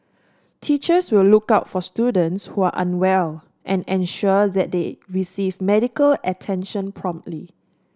teachers will look out for students who are unwell and ensure that they receive medical attention promptly